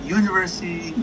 university